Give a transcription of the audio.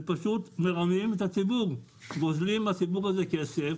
זה פשוט מרמים את הציבור גוזלים מהציבור הזה כסף